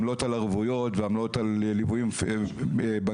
עמלות על ערבויות ועמלות על ליווים בנקאיים.